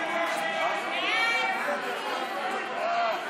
שינוי מדיניות הביטוח במכוני כושר),